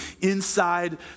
inside